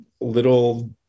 little